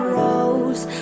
rose